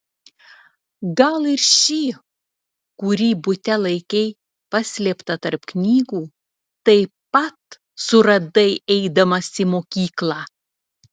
gal ir šį kurį bute laikei paslėptą tarp knygų taip pat suradai eidamas į mokyklą